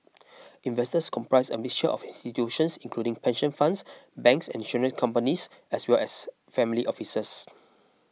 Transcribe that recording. investors comprise a mixture office institutions including pension funds banks and insurance companies as well as family offices